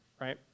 right